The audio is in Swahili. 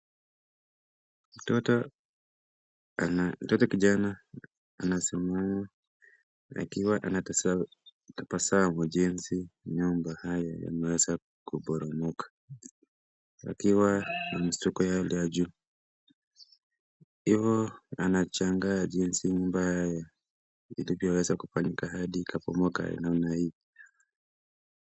Mtoto kijana anasimama akiwa anatazama ujenzi wa nyumba haya yameweza kuporomoka, akiwa na mshtuko wa hali ya juu, ivo anashangaa jinsi nyumba haya ilivyoweza kufanyika hadi ikabomoka namna hii.